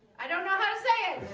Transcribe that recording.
i don't know how to say shhh